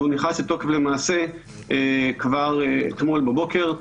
והוא נכנס לתוקף למעשה כבר אתמול בבוקר,